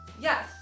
yes